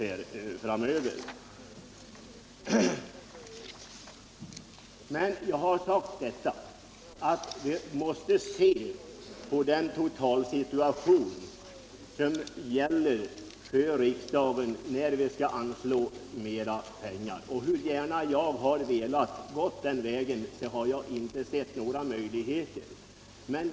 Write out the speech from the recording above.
När riksdagen skall anslå mera pengar, måste vi emellertid se till den totala situationen. Hur gärna jag än har velat gå den vägen, har jag inte sett några möjligheter.